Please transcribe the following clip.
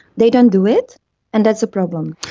they don't do it and that's a problem.